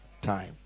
time